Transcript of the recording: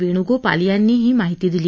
वेणुगोपाल यांनी ही माहिती दिली